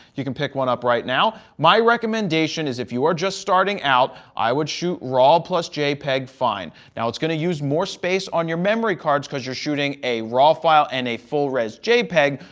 you can pick one up right now. my recommendation is if you are just starting out, i would shoot raw plus jpeg, fine. now, it's going to use more space on your memory cards because you're shooting a raw file and a full res jpeg,